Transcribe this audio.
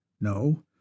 No